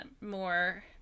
more